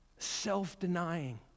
Self-denying